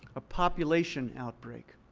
a population outbreak,